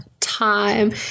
time